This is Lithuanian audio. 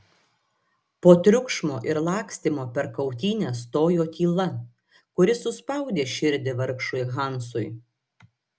po triukšmo ir lakstymo per kautynes stojo tyla kuri suspaudė širdį vargšui hansui